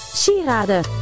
sieraden